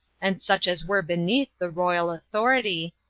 and such as were beneath the royal authority,